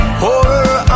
horror